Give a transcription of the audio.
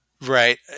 Right